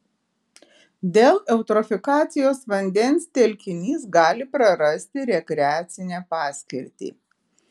dėl eutrofikacijos vandens telkinys gali prarasti rekreacinę paskirtį